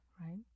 right